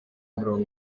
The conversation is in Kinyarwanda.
mirongo